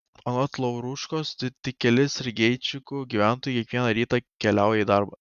anot lauruškos tik keli sergeičikų gyventojai kiekvieną rytą keliauja į darbą